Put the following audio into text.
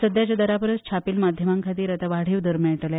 सध्याच्या दरा परस छापील माध्यमा खातीर आतां वाडीव दर मेळटले